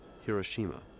Hiroshima